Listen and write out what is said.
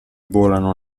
volano